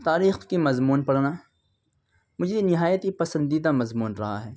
تاریخ کے مضمون پڑھنا مجھے نہایت ہی پسندیدہ مضمون رہا ہے